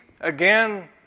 again